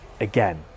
again